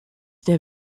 der